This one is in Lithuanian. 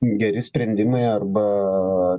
geri sprendimai arba